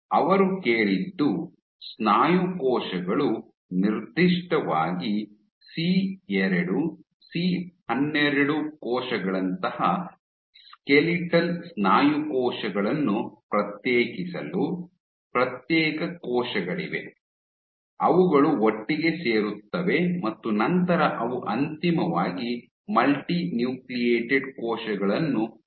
ಅವರು ಕೇಳಿದ್ದು ಸ್ನಾಯು ಕೋಶಗಳು ನಿರ್ದಿಷ್ಟವಾಗಿ ಸಿ 2 ಸಿ 12 ಕೋಶಗಳಂತಹ ಸ್ಕೆಲಿಟಲ್ ಸ್ನಾಯು ಕೋಶಗಳನ್ನು ಪ್ರತ್ಯೇಕಿಸಲು ಪ್ರತ್ಯೇಕ ಕೋಶಗಳಿವೆ ಅವುಗಳು ಒಟ್ಟಿಗೆ ಸೇರುತ್ತವೆ ಮತ್ತು ನಂತರ ಅವು ಅಂತಿಮವಾಗಿ ಮಲ್ಟಿನ್ಯೂಕ್ಲಿಯೇಟೆಡ್ ಕೋಶಗಳನ್ನು ರೂಪಿಸುತ್ತವೆ